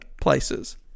places